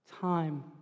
time